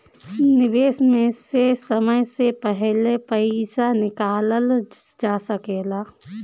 निवेश में से समय से पहले पईसा निकालल जा सेकला?